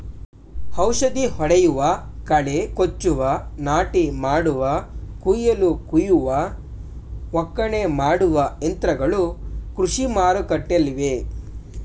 ಔಷಧಿ ಹೊಡೆಯುವ, ಕಳೆ ಕೊಚ್ಚುವ, ನಾಟಿ ಮಾಡುವ, ಕುಯಿಲು ಕುಯ್ಯುವ, ಒಕ್ಕಣೆ ಮಾಡುವ ಯಂತ್ರಗಳು ಕೃಷಿ ಮಾರುಕಟ್ಟೆಲ್ಲಿವೆ